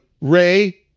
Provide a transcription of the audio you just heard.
Ray